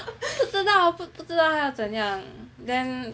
不知道不不知道他要怎样 then